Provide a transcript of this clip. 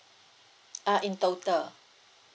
ah in total